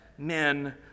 Men